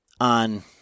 on